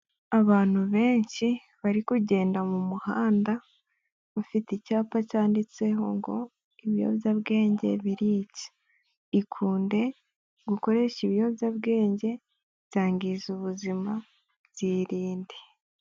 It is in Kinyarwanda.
Abantu benshi bari kugenda mu muhanda bafite icyapa cyanditseho ngo: "Ibiyobyabwenge birica, irinde gukoresha ibiyobyabwenge byangiza ubuzima, byirinde."